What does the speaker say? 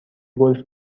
گلف